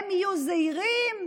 הם יהיו זהירים.